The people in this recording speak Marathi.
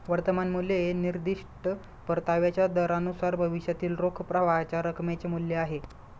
वर्तमान मूल्य हे निर्दिष्ट परताव्याच्या दरानुसार भविष्यातील रोख प्रवाहाच्या रकमेचे मूल्य आहे